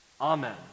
Amen